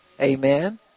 amen